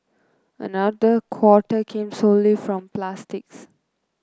another quarter came solely from plastics